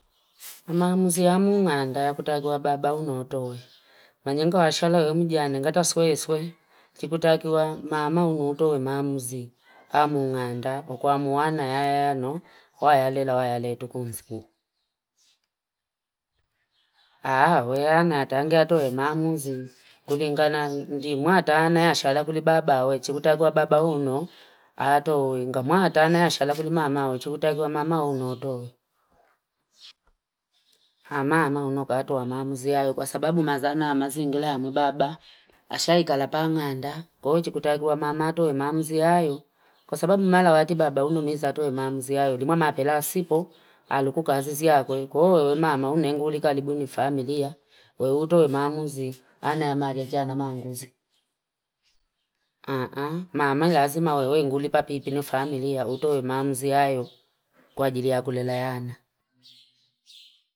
Amamuzi amu nganda ya kutagiwa baba unotowe. Manjengi wa ashala uemudia nengata swe swe. Kikutagiwa mama unotowe mamuzi. Amu nganda, ukwa muwana ya yano, wayalela wayale tukunzibu. Haa, weana atangia atowe mamuzi. Kuli ingana mji mwa atahana ya ashala kuli baba ue. Kikutagiwa baba uno. Ato inga mwa atahana ya ashala kuli mama ue. Kikutagiwa mama unotowe. Haa, mama unototowe mamuzi. Kwa sababu mazana hamazi ngila hamu baba. Ashala ikalapa wanganda. Kukutagiwa mama unotowe mamuzi ayo. Kwa sababu mbala wati baba unotowe mamuzi. Limuama pela sipo, aluku kazizi ya kwe. Kowe mama unenguli karibu ni familia. Uetowe mamuzi. Ana ya mareja na mamuzi. Haa, haa. Mama ngazima uenguli pa pipi ni familia. Uetowe mamuzi. Kwa jiri ya kulelayana.